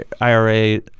IRA